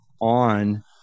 on